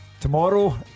Tomorrow